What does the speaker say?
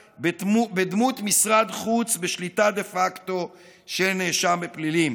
בדמות משרד חוץ בשליטה דה פקטו של נאשם בפלילים,